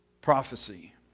Prophecy